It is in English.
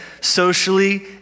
Socially